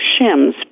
shims